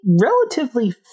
relatively